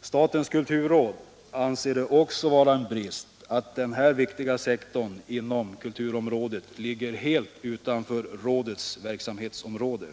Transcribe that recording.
Statens kulturråd anser det också vara en brist att den här viktiga sektorn inom kulturområdet ligger helt utanför rådets verksamhetsområde.